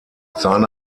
seine